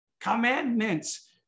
commandments